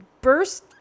burst